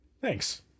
thanks